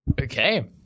Okay